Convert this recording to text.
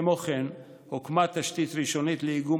כמו כן הוקמה תשתית ראשונית לאיגום